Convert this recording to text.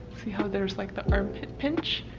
see how there's like the armpit pinch